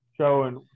showing